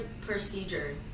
procedure